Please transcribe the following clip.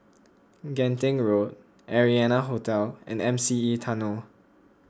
Genting Road Arianna Hotel and M C E Tunnel